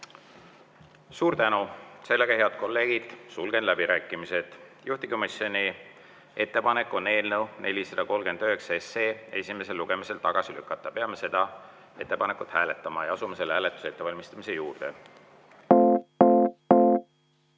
Suur tänu! Head kolleegid, sulgen läbirääkimised. Juhtivkomisjoni ettepanek on eelnõu 439 esimesel lugemisel tagasi lükata. Peame seda ettepanekut hääletama ja asume selle hääletuse ettevalmistamise juurde.